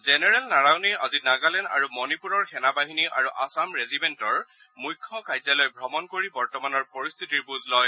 general নাৰাৱনেই আজি নাগালেণ্ড আৰু মণিপুৰৰ সেনা বাহিনী আৰু আছাম ৰেজিমেণ্টৰ মুখ্য কাৰ্যালয় ভ্ৰমণ কৰি বৰ্তমানৰ পৰিস্থিতিৰ বুজ লয়